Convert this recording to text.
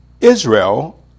Israel